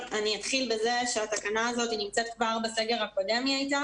אתחיל בזה שהתקנה הזאת הייתה כבר בסגר הקודם.